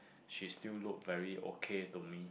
she still look very okay to me